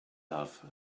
glove